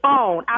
on